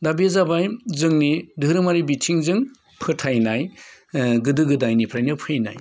दा बे जाबाय जोंनि धोरोमारि बिथिंजों फोथायनाय ओ गोदो गोदायनिफ्रायनो फैनाय